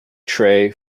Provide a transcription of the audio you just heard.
tray